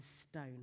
stone